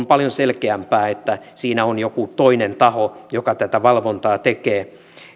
paljon selkeämpää että siinä on joku toinen taho joka tätä valvontaa tekee